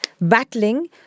battling